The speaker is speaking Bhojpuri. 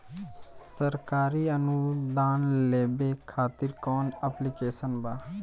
सरकारी अनुदान लेबे खातिर कवन ऐप्लिकेशन बा?